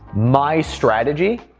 my strategy.